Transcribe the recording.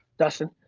dustin.